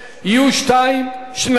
יהיו שניים,